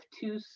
two